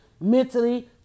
mentally